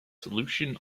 solution